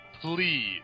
please